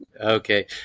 Okay